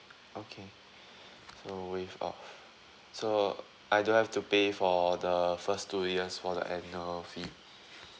okay so waived off so I don't have to pay for the first two years for the annual fee